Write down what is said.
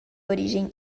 origem